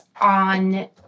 on